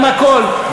עם הכול,